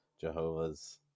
Jehovah's